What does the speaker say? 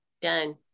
done